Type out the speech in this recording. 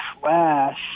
flash